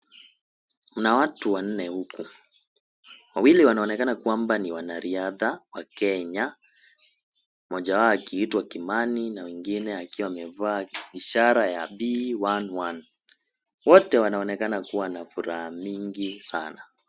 Kuna watu wanne huku. Wawili wanaonekana kwamba ni wanariadha wa Kenya, mmoja wao akiitwa Kimani na wengine akiwa amevaa ishara ya B11. Wote wanaonekana kuwa na furaha mingi sana.